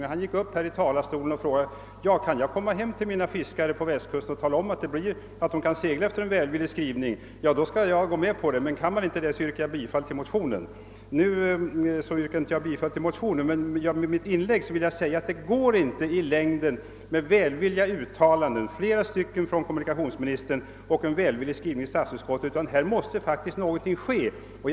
Han sade vid behandlingen i kammaren att han, om han kunde fara hem till sina fiskare på västkusten och säga till dem att de kunde segla efter en välvillig skrivning, skulle ansluta sig till utskottets hemställan. Men om de inte skulle kunna göra det, ville han yrka bifall till sin motion. Jag vill inte nu yrka bifall till motionen, men jag vill säga att det inte i längden räcker med välvilliga uttalanden. Jag har fått flera sådana från kommunikationsministern och även ett från statsutskottet. Det måste i stället göras något.